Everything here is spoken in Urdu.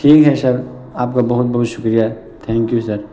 ٹھیک ہے شر آپ کا بہت بہت شکریہ تھینک یو سر